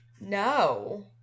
no